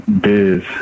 Biz